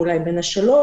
ואולי בין השלושה: